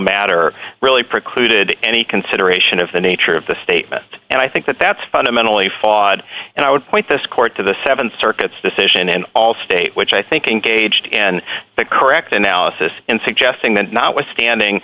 matter really precluded any consideration of the nature of the statement and i think that that's fundamentally flawed and i would point this court to the th circuit decision and all state which i think engaged in the correct analysis and suggesting that notwithstanding